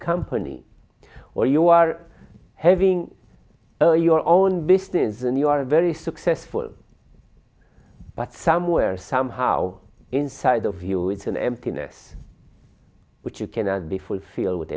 company or you are having your own business and you are very successful but somewhere somehow inside of you is an emptiness which you cannot be fulfilled with